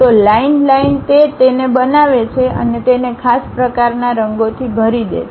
તો line line તે તેને બનાવે છે અને તેને ખાસ પ્રકારના રંગોથી ભરી દે છે